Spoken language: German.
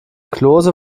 klose